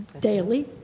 daily